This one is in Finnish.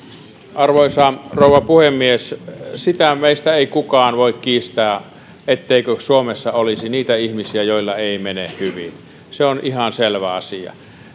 arvoisa rouva puhemies sitä meistä ei kukaan voi kiistää etteikö suomessa olisi niitä ihmisiä joilla ei mene hyvin se on ihan selvä asia